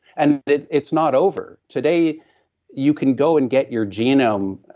and it's not over. today you can go and get your genome,